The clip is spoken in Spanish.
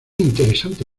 interesante